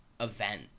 event